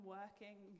working